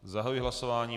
Zahajuji hlasování.